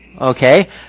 okay